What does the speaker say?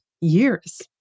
years